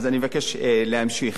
אני מבקש להמשיך: